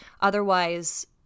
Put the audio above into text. otherwise